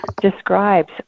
describes